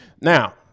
Now